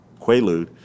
quaalude